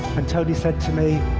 and tony said to me,